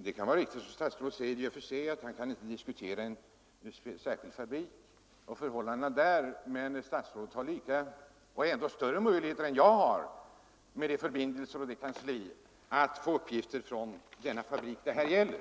Det kan i och för sig vara riktigt som statsrådet säger att han inte kan diskutera en enskild fabrik och förhållandena där. Men statsrådet har med sina förbindelser och med sitt kansli bättre möjligheter än jag att få uppgifter om den fabrik det gäller.